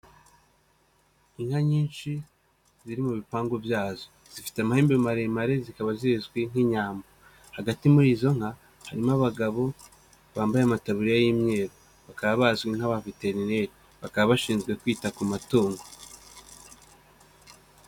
Inka nyinshi ziri mu bipangu byazo, zifite amahembe maremare zikaba zizwi nk'inyambo, hagati muri izo nka harimo abagabo bambaye amataburiya y'imyeru, bakaba bazwi nka' veterineri, bakaba bashinzwe kwita ku matungo.